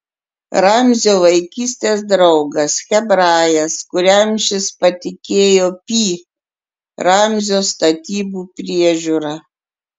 ramzio vaikystės draugas hebrajas kuriam šis patikėjo pi ramzio statybų priežiūrą